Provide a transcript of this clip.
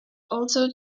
also